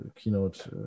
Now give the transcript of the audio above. keynote